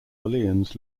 orleans